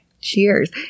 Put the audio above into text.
Cheers